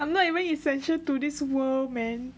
I am not even essential to this world man